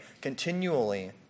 continually